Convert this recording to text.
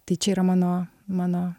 tai čia yra mano mano